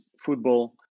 football